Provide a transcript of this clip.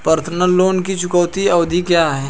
Personal loan की चुकौती अवधि क्या है?